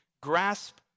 grasp